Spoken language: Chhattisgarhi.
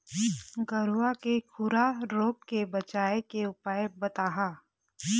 गरवा के खुरा रोग के बचाए के उपाय बताहा?